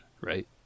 Right